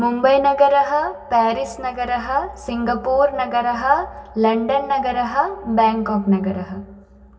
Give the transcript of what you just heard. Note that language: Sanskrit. मुम्बैनगरः पेरिस्नगरः सिङ्गापोरनगरः लण्डन्नगरः बेङ्काक्नगरः